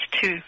two